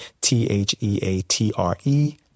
T-H-E-A-T-R-E